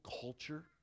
culture